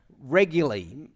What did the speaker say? regularly